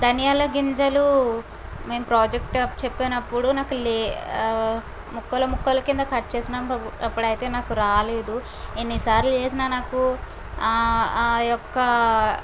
ధనియాల గింజలు మేము ప్రాజెక్టు అప్పచెప్పినప్పుడు నాకు లే ముక్కల ముక్కల కింద కట్ చేసినప్పుడైతే నాకు రాలేదు ఎన్నిసార్లు చేసినా నాకు ఆ యొక్క